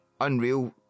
Unreal